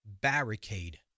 barricade